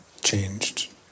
changed